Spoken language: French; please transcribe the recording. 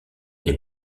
est